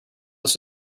this